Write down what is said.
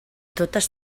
totes